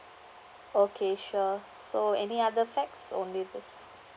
okay sure so any other facts only this